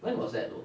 when he was at know